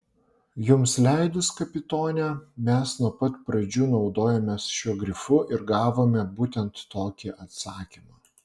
jums leidus kapitone mes nuo pat pradžių naudojomės šiuo grifu ir gavome būtent tokį atsakymą